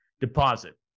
deposit